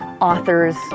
Authors